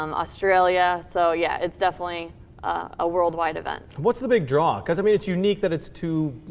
um australia, so, yeah, it's definitely a worldwide event. what's the big draw? because, i mean, it's unique that it's to,